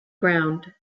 ground